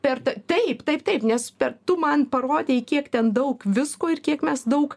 per t taip taip taip nes per tu man parodei kiek ten daug visko ir kiek mes daug